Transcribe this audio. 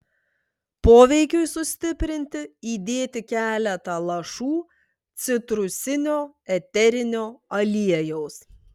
poveikiui sustiprinti įdėti keletą lašų citrusinio eterinio aliejaus